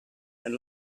and